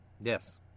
Yes